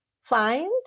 find